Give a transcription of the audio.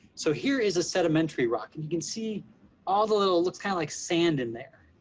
so here is a sedimentary rock, and you can see all the little, it looks kind of like sand in there.